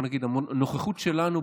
הנוכחות שלנו,